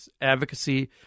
advocacy